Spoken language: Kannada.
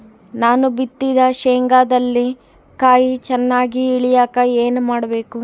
ನಾನು ಬಿತ್ತಿದ ಶೇಂಗಾದಲ್ಲಿ ಕಾಯಿ ಚನ್ನಾಗಿ ಇಳಿಯಕ ಏನು ಮಾಡಬೇಕು?